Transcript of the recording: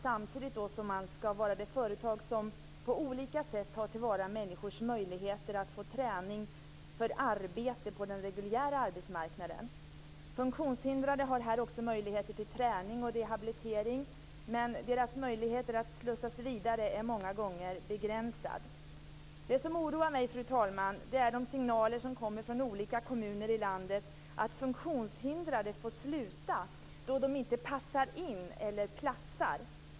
Samtidigt skall man vara det företag som på olika sätt tar vara på människors möjligheter att få träning för arbete på den reguljära arbetsmarknaden. Funktionshindrade har här också möjligheter till träning och rehabilitering. Men deras möjligheter att slussas vidare är många gånger begränsade. Det som oroar mig, fru talman, är de signaler som kommer från olika kommuner i landet om att funktionshindrade får sluta då de inte passar in eller platsar.